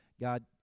God